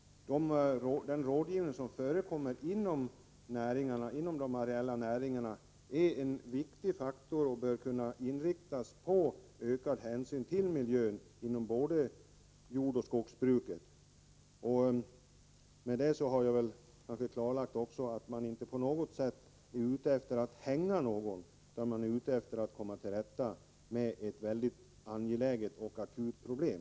Den rådgivning som förekommer inom de areella näringarna är en viktig faktor och bör kunna inriktas på ökad hänsyn till miljön inom både jordoch skogsbruket. Med detta har jag kanske klarlagt att vi inte på något sätt är ute efter att hänga någon utan för att komma till rätta med ett mycket angeläget och akut problem.